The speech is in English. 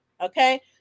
Okay